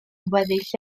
weddill